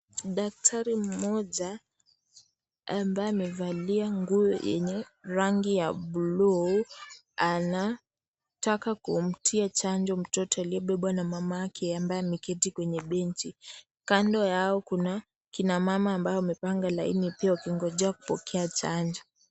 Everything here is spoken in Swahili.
Daktari mmoja, ambaye amevalia nguo yenye rangi ya bluu, anataka kumtia chanjo mtoto aliyebebwa na mamake ambaye ameketi kwenye benchi. Kando yao kuna kina mama ambao wamepanga laini pia wakingojea kupokea chanjo.